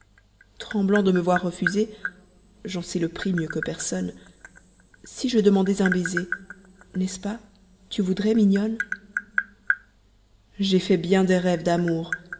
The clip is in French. tremblant de me voir refuser j'en sais le prix mieux que personne si je demandais un baiser n'est-ce pas tu voudrais mignonne j'ai fait bien des rêves d'amour